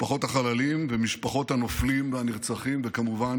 משפחות החללים ומשפחות הנופלים והנרצחים, וכמובן